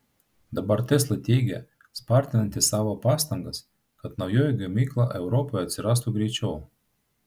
dabar tesla teigia spartinanti savo pastangas kad naujoji gamykla europoje atsirastų greičiau